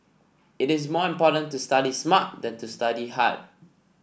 it is more important to study smart than to study hard